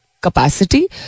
capacity